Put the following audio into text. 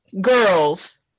girls